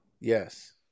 Yes